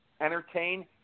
entertain